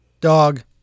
dog